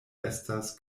estas